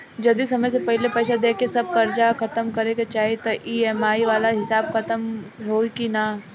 जदी समय से पहिले पईसा देके सब कर्जा खतम करे के चाही त ई.एम.आई वाला हिसाब खतम होइकी ना?